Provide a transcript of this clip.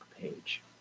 page